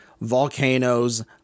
Volcanoes